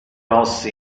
nos